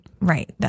Right